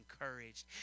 encouraged